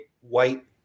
white